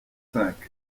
cinq